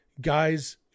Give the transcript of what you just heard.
guys